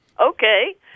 Okay